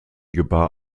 gebar